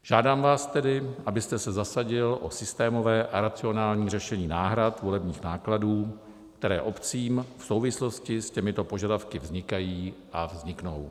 Žádám vás tedy, abyste se zasadil o systémové a racionální řešení náhrad volebních nákladů, které obcím v souvislosti s těmito požadavky vznikají a vzniknou.